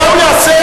מה הוא יעשה,